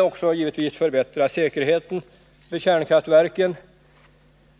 Också jag vill givetvis förbättra säkerheten vid kärnkraftverken,